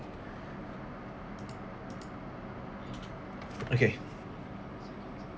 okay